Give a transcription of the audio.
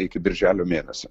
iki birželio mėnesio